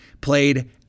played